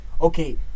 okay